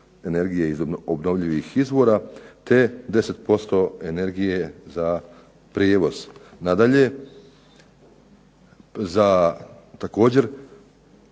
energije izi obnovljivih izvora te 10% energije za prijevoz. Nadalje, za također